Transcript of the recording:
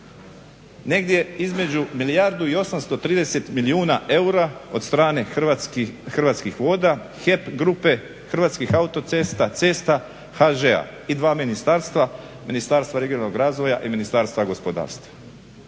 negdje između 1 830 milijuna eura od strane Hrvatskih voda, HEP grupe, Hrvatskih autocesta, cesta, HŽ-a i 2 ministarstva, Ministarstvo regionalnog razvoja i Ministarstva gospodarstva.